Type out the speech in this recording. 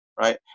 right